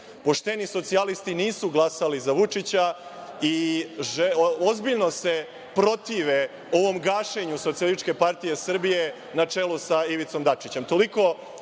Pošteni Socijalisti nisu glasali za Vučića i ozbiljno se protive ovom gašenju SPS na čelu sa Ivicom Dačićem.